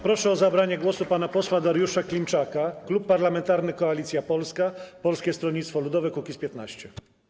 Proszę o zabranie głosu pana posła Dariusza Klimczaka, Klub Parlamentarny Koalicja Polska - Polskie Stronnictwo Ludowe - Kukiz15.